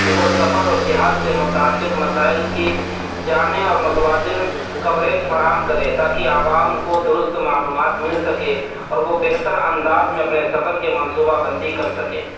کہ وہ سفر اور سیاحت سے متعلق مسائل کی جامع اور متوازن کوریج فراہم کرے تاکہ عوام کو درست معلومات مل سکے اور وہ بہتر انداز میں اپنے سفر کے منصوبہ بندی کر سکیں